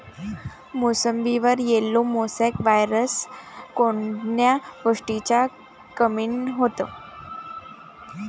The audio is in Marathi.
मोसंबीवर येलो मोसॅक वायरस कोन्या गोष्टीच्या कमीनं होते?